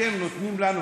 אבל אתם נותנים לנו